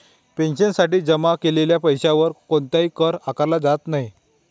पेन्शनसाठी जमा केलेल्या पैशावर कोणताही कर आकारला जात नाही